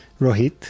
Rohit